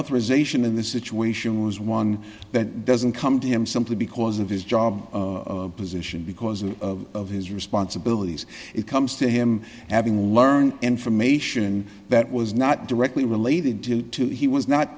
authorization in this situation was one that doesn't come to him simply because of his job position because of his responsibilities it comes to him having learned information that was not directly related to he was not